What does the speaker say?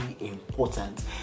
important